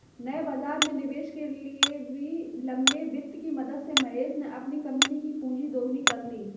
नए बाज़ार में निवेश के लिए भी लंबे वित्त की मदद से महेश ने अपनी कम्पनी कि पूँजी दोगुनी कर ली